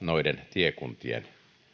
tiekuntien